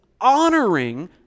honoring